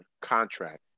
contract